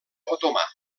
otomà